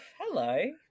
hello